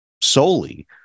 solely